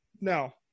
Now